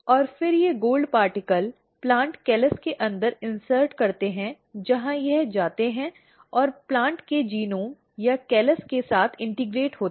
और फिर ये सोने के कण प्लांट कैलस के अंदर इन्सर्ट करते हैं जहां यह जाते हैं और प्लांट के जीनोम या कैलस के साथ एकीकृत होते हैं